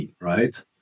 right